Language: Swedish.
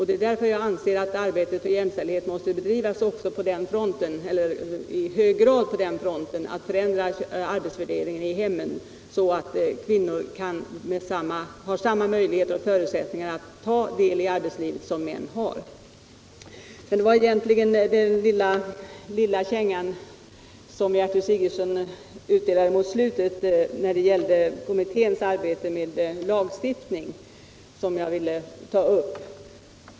Det är därför jag anser att arbetet för jämställdhet i hög grad måste bedrivas med syfte att förändra arbetsfördelningen i hemmet, så att kvinnor får samma möjligheter och förutsättningar att ta del i arbetslivet som män har. Men det var egentligen den lilla känga som Gertrud Sigurdsen utdelade mot slutet av sitt anförande beträffande kommitténs arbete med lagstiftning som jag ville ta upp.